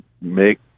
make